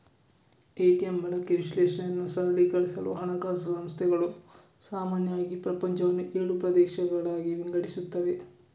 ATM ಬಳಕೆ ವಿಶ್ಲೇಷಣೆಯನ್ನು ಸರಳೀಕರಿಸಲು ಹಣಕಾಸು ಸಂಸ್ಥೆಗಳು ಸಾಮಾನ್ಯವಾಗಿ ಪ್ರಪಂಚವನ್ನು ಏಳು ಪ್ರದೇಶಗಳಾಗಿ ವಿಂಗಡಿಸುತ್ತವೆ